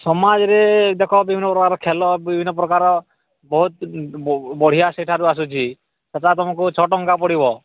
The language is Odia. ସମାଜରେ ଦେଖ ବିଭିନ୍ନ ପ୍ରକାରର ଖେଳ ବିଭିନ୍ନ ପ୍ରକାରର ବହୁତ ବଢିଆ ସେହିଠାରୁ ଆସୁଛି ସେଇଟା ତୁମକୁ ଛଅଟଙ୍କା ପଡ଼ିବ